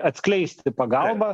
atskleisti pagalbą